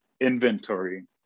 inventory